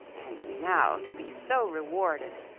and now to be so rewarded!